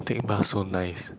take bus so nice